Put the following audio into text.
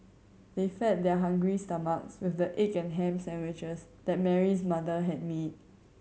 they fed their hungry stomachs with the egg and ham sandwiches that Mary's mother had made